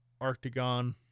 Arctagon